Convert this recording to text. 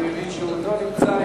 אני מבין שהוא לא נמצא.